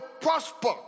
prosper